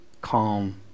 calm